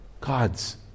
God's